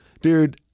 dude